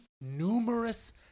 numerous